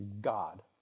God